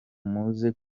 muze